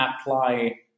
apply